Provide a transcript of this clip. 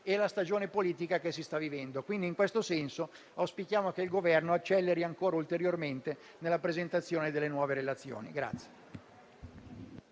e la stagione politica che si sta vivendo. E, quindi, in questo senso auspichiamo che il Governo acceleri ulteriormente nella presentazione delle nuove relazioni.